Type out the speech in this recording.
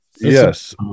Yes